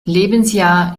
lebensjahr